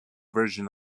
version